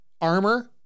armor